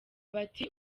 bati